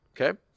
Okay